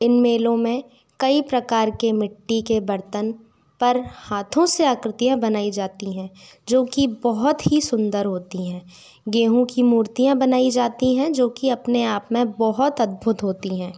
इन मेलों में कई प्रकार के मिट्टी के बर्तन पर हाँथों से आकृतियाँ बनाई जाती हैं जो कि बहुत ही सुंदर होती हैं गेहूँ की मूर्तियाँ बनाई जाती हैं जो कि अपने आप में बहुत अद्भुत होती हैं